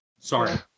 Sorry